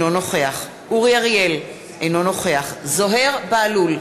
אינו נוכח אורי אריאל, אינו נוכח זוהיר בהלול,